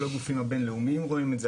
כל הגופים הבין לאומיים רואים את זה,